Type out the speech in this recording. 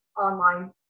online